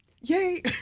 Yay